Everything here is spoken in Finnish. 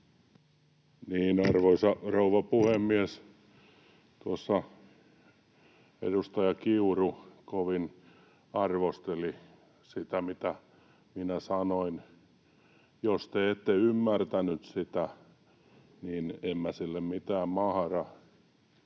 Arvoisa rouva puhemies! Tuossa edustaja Kiuru kovin arvosteli sitä, mitä minä sanoin. Jos te ette ymmärtänyt sitä, niin en minä sille mitään mahda.